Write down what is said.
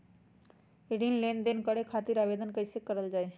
ऋण लेनदेन करे खातीर आवेदन कइसे करल जाई?